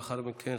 ולאחר מכן,